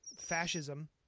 fascism